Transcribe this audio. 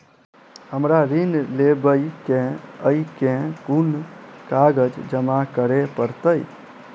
हमरा ऋण लेबै केँ अई केँ कुन कागज जमा करे पड़तै?